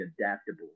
adaptable